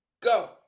go